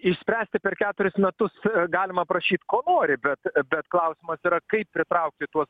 išspręsti per keturis metus galima prašyt ko nori bet bet klausimas yra kaip pritraukti tuos